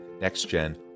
Next-Gen